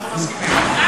אנחנו מסכימים.